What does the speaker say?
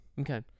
Okay